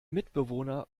mitbewohner